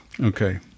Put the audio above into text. okay